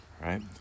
right